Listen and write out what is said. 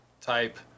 type